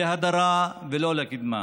להדרה ולא לקדמה.